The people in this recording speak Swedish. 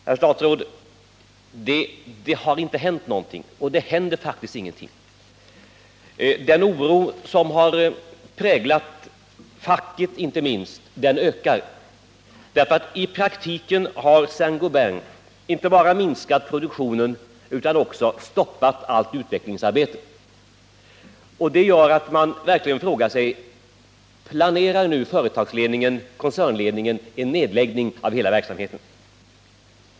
Herr statsråd! Det har inte hänt någonting, och det händer faktiskt ingenting! Den oro som har präglat inte minst facket ökar. I praktiken har S:t Gobain inte bara minskat produktionen utan också stoppat allt utvecklingsarbete. Det gör att man verkligen frågar sig: Planerar nu koncernledningen en nedläggning av hela verksamheten?